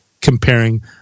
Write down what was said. comparing